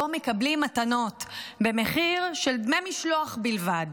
שבו מקבלים מתנות במחיר של דמי משלוח בלבד.